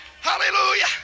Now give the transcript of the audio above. Hallelujah